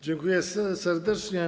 Dziękuję serdecznie.